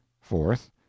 Fourth